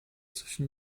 zwischen